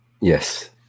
Yes